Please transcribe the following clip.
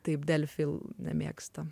taip delfi nemėgsta